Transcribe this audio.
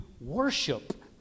worship